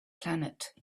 planet